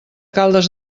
caldes